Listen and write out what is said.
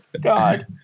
God